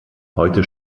heute